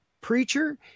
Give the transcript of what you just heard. preacher